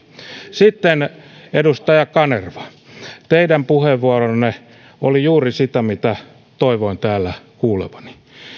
sitten edustaja kanerva teidän puheenvuoronne oli juuri sitä mitä toivoin täällä kuulevani